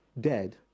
dead